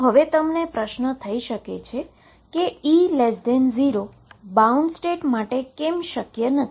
તો હવે તમને પ્રશ્ન થઈ શકે છે કે E0 બાઉન્ડ સ્ટેટ માટે કેમ શક્ય નથી